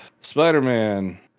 Spider-Man